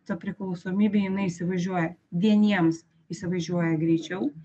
ta priklausomybė jinai įsivažiuoja vieniems įsivažiuoja greičiau